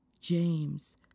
James